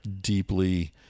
deeply